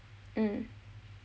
mm